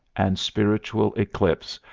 and spiritual eclipse,